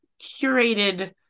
curated